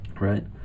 right